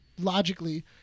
logically